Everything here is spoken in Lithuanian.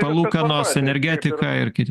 palūkanos energetika ir kiti